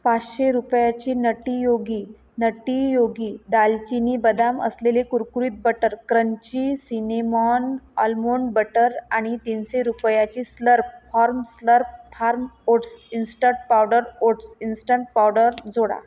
पाचशे रुपयाची नटीयोगी नटीयोगी दालचिनी बदाम असलेले कुरकुरीत butter crunchy cinnamon almond butter आणि तीनशे रुपयाची Slurp Farm Slurp Farm oats instant powder oats instant powder जोडा